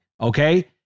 okay